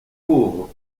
pauvre